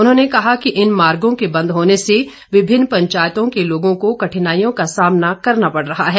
उन्होंने कहा कि इन मार्गों के बंद होने से विभिन्न पंचायतों के लोगों को कठिनाईयों का सामना करना पड़ रहा है